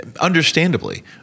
Understandably